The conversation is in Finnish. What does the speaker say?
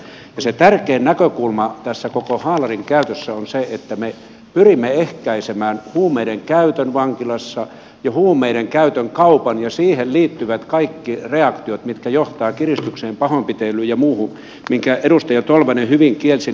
se tärkein näkökulma tässä koko haalarin käytössä on se että me pyrimme ehkäisemään huumeiden käytön vankilassa ja huumeiden kaupan ja siihen liittyvät kaikki reaktiot mitkä johtavat kiristykseen pahoinpitelyyn ja muuhun minkä edustaja tolvanen hyvin kielsi